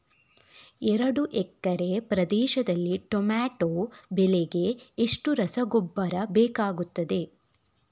ಎರಡು ಎಕರೆ ಪ್ರದೇಶದಲ್ಲಿ ಟೊಮ್ಯಾಟೊ ಬೆಳೆಗೆ ಎಷ್ಟು ರಸಗೊಬ್ಬರ ಬೇಕಾಗುತ್ತದೆ?